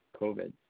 COVID